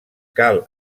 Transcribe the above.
cal